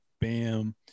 Bam